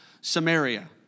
Samaria